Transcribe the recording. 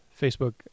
Facebook